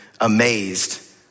amazed